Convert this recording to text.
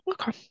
Okay